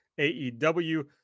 AEW